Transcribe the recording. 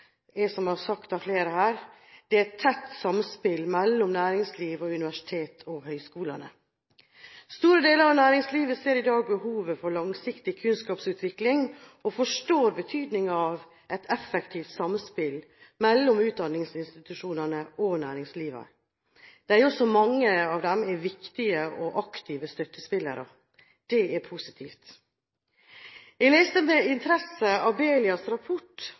dette mener jeg at noe av svaret på det er – som det er blitt sagt av flere – et tett samspill mellom næringslivet, universitetene og høyskolene. Store deler av næringslivet ser i dag behovet for langsiktig kunnskapsutvikling og forstår betydningen av et effektivt samspill mellom utdanningsinstitusjonene og næringslivet – der også mange av dem er viktige og aktive støttespillere. Det er positivt. Jeg leste med interesse Abelias rapport